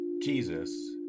Jesus